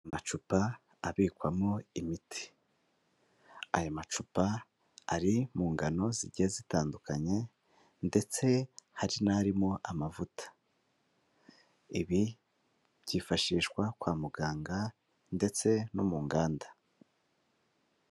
Amacupa abikwamo imiti, ayo macupa ari mu ngano zigiye zitandukanye ndetse hari n'arimo amavuta, ibi byifashishwa kwa muganga ndetse no mu nganda.